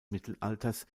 mittelalters